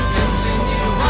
continue